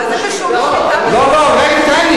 מה זה קשור לשביתה בכלל?